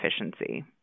efficiency